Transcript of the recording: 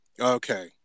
Okay